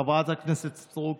חברת הכנסת סטרוק,